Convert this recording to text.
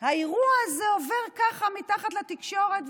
האירוע הזה עובר ככה מתחת לתקשורת.